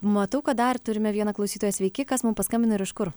matau kad dar turime vieną klausytoją sveiki kas mum paskambino ir iš kur